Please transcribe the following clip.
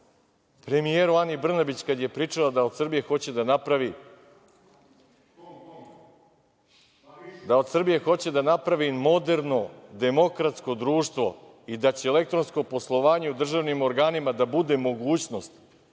premijeru Ani Brnabić kada je pričala da od Srbije hoće da napravi moderno, demokratsko društvo i da će elektronsko poslovanje u državnim organima da bude mogućnost